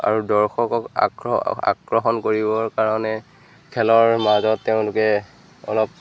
আৰু দৰ্শকক আক্ৰ আকৰ্ষণ কৰিবৰ কাৰণে খেলৰ মাজত তেওঁলোকে অলপ